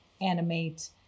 animate